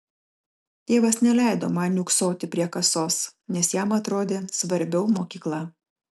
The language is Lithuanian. tėvas neleido man niūksoti prie kasos nes jam atrodė svarbiau mokykla